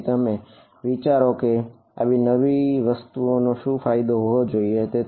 તેથી તમે વિચારો કે આવી વસ્તુ નો શું ફાયદો હોવો જોઈએ